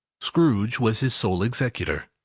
scrooge was his sole executor,